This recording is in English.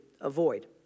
avoid